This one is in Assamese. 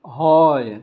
হয়